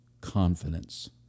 confidence